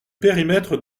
périmètre